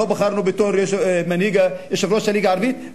לא בחרנו בתור יושב-ראש הליגה הערבית.